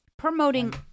Promoting